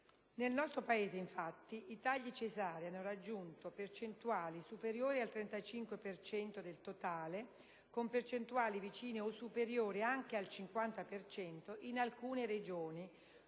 Nel nostro Paese infatti i tagli cesarei hanno raggiunto percentuali superiore al 35 per cento del totale, con una percentuale vicina o superiore anche al 50 per cento in alcune Regioni,